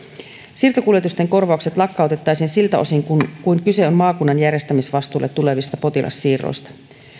siirtokuljetusten korvaukset lakkautettaisiin siltä osin kuin kuin kyse on maakunnan järjestämisvastuulle tulevista potilassiirroista